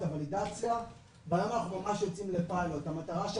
את הוולידציה והיום אנחנו ממש יוצאים לפיילוט-המטרה של